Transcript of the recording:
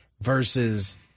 versus